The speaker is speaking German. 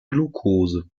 glukose